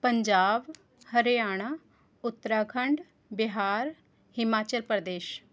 Punjab Haryana Uttarakhand Bihar Himachal Pradesh